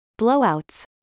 blowouts